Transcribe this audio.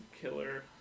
killer